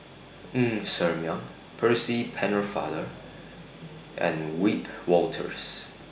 Ng Ser Miang Percy Pennefather and Wiebe Wolters